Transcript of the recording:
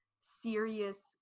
serious